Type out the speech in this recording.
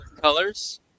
colors